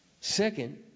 Second